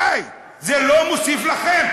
די, זה לא מוסיף לכם.